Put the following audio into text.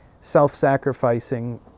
self-sacrificing